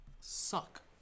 suck